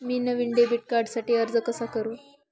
मी नवीन डेबिट कार्डसाठी अर्ज कसा करु?